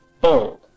bold